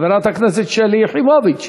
חברת הכנסת שלי יחימוביץ,